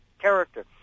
character